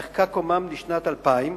נחקק אומנם בשנת 2000,